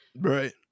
Right